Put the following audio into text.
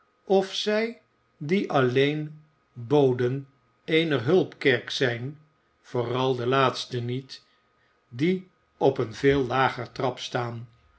of zij die alleen boden eener hulp kerk zijn vooral de laatsten niet die op een veel lager trap staan